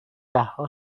دهها